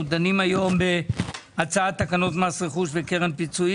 אנחנו דנים היום על הצעת תקנות מס רכוש וקרן פיצויים